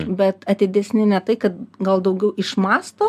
bet atidesni ne tai kad gal daugiau išmąsto